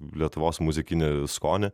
lietuvos muzikinį skonį